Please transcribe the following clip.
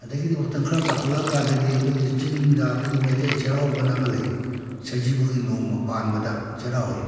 ꯑꯗꯒꯤꯗꯤ ꯃꯇꯝ ꯈꯔ ꯆꯥꯎꯈꯠꯂ ꯀꯥꯟꯗꯗꯤ ꯑꯩꯈꯣꯏꯒꯤ ꯆꯤꯡꯗ ꯑꯩꯈꯣꯏꯒꯤ ꯃꯩꯇꯩ ꯆꯩꯔꯥꯎꯕꯅ ꯑꯃ ꯂꯩ ꯁꯖꯤꯕꯨꯒꯤ ꯅꯣꯡꯃ ꯄꯥꯟꯕꯗ ꯆꯩꯔꯥꯎꯏ